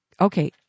okay